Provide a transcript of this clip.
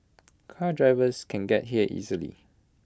car drivers can get here easily